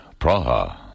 Praha